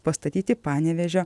pastatyti panevėžio